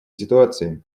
ситуации